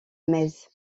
metz